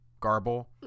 garble